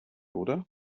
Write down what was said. oder